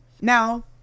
Now